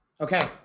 Okay